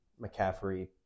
McCaffrey